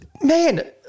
Man